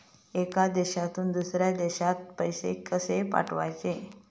एका देशातून दुसऱ्या देशात पैसे कशे पाठवचे?